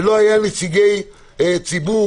ולא היו נציגי ציבור,